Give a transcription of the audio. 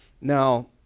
Now